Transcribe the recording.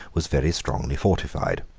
was very strongly fortified.